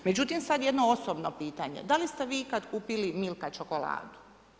Međutim sad jedno osobno pitanje, da li ste vi ikad kupili Milka čokoladu?